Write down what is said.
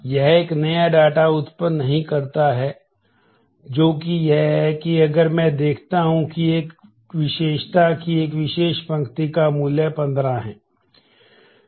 यह एक नया डेटा उत्पन्न नहीं करता है जो कि यह है कि अगर मैं देखता हूं कि एक विशेषता कि एक विशेष पंक्ति का मूल्य 15 है